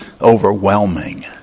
overwhelming